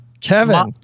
Kevin